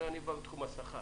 אני בא מתחום השכר,